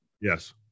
Yes